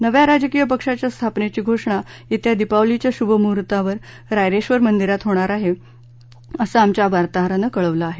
नव्या राजकीय पक्षाच्या स्थापनेची घोषणा येत्या दीपावलीच्या श्भमुहर्तावर रायरेश्वर मंदिरात होणार आहे असं आमच्या वार्ताहरानं कळवलं आहे